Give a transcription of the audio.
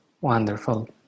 wonderful